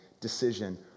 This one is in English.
decision